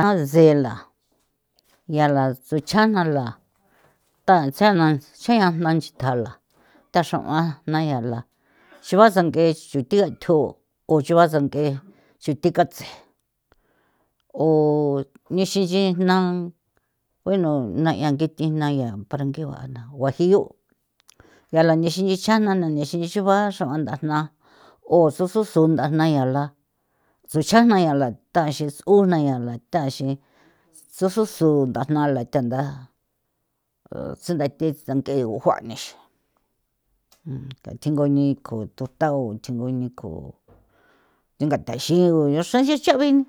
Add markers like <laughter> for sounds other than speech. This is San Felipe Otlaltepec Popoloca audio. Se la <noise> yala tsuchana la <noise> tha tse na chea jna nchithja la <noise> tha xra'ua naya la xu <noise> basange xuthi gathjo o chuba sank'e xuthi katsje o nixi nchi jna bueno na'ia nge thi na'ia para ngigua'a na guajillo yala nixi xana na nexinxion ba xruan ndajna o sususu ndajna yala tsju chajna yala thaxin s'u jna yala thaxin sususu ndajna la tha ntha tsunda thi tsang'e o guajne xi ka thingu jni ko thu thau tjingu ni ko thinga thaxigo xro ya cha'ue ni